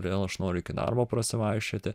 vėl aš noriu iki darbo prasivaikščioti